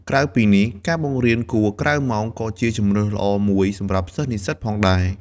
ក្រៅពីនេះ ការបង្រៀនគួរក្រៅម៉ោងក៏ជាជម្រើសល្អមួយសម្រាប់សិស្សនិស្សិតដែរ។